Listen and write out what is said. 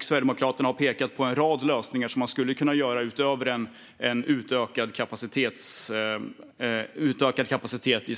Sverigedemokraterna har pekat på en rad möjliga lösningar utöver en utökad kapacitet på